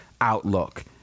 outlook